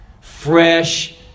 Fresh